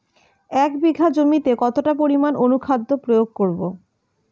এক বিঘা জমিতে কতটা পরিমাণ অনুখাদ্য প্রয়োগ করব?